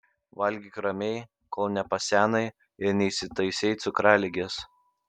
valgyk ramiai kol nepasenai ir neįsitaisei cukraligės